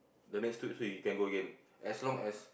the next two week you can go again as long as